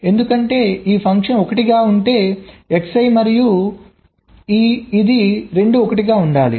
ఎందుకంటే ఈ ఫంక్షన్ 1 గా ఉంటే Xi మరియు ఇది రెండూ 1 గా ఉండాలి